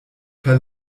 per